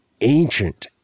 ancient